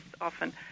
often